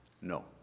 No